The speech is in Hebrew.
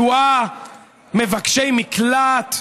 מבקשי מקלט.